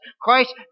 Christ